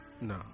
No